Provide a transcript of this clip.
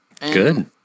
Good